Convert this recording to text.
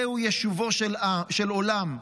זהו יישובו של עולם,